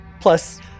plus